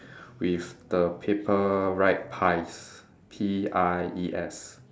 with the paper write pies P I E S